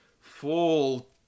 full